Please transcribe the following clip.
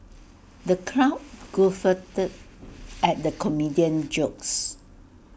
the crowd guffawed at the comedian's jokes